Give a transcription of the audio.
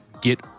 get